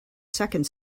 second